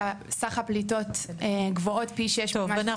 שסך הפליטות גבוהות פי שש ממה שמשרד האנרגיה מדווח.